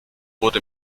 wurde